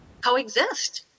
coexist